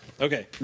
Okay